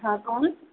हाँ कौन